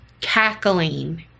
cackling